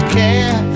care